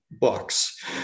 books